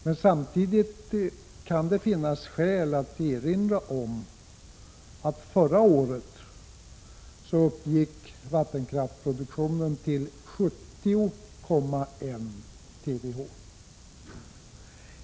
Men samtidigt kan det finnas skäl att erinra om att vattenkraftsproduktionen förra året uppgick till 70,1 TWh.